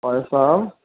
وعلیکم السّلام